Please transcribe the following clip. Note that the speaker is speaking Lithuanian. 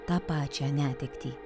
tą pačią netektį